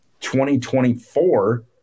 2024